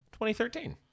2013